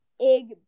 Ig